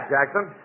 Jackson